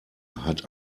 hat